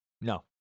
No